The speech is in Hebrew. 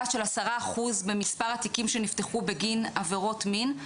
של 10 אחוז במספר התיקים שנפתחו בגין עבירות מין,